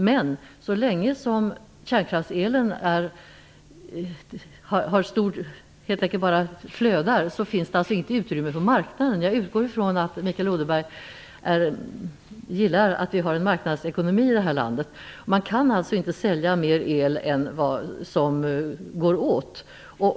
Men så länge som kärnkraftselen helt enkelt flödar, finns det inget utrymme på marknaden. Jag utgår ifrån att Mikael Odenberg gillar att vi har en marknadsekonomi i det här landet. Man kan alltså inte sälja mer el än vad som efterfrågas.